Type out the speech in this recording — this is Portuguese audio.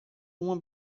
uma